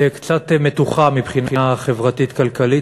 קצת מתוחה מבחינה חברתית-כלכלית,